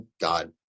God